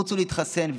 רוצו להתחסן,